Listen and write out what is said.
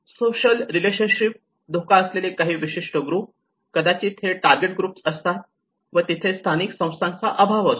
social relationship धोका असलेले काही विशिष्ट ग्रुप कदाचित हे टारगेट ग्रुप असतात व तिथे स्थानिक संस्थांचा अभाव असतो